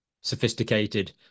sophisticated